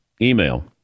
email